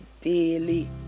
daily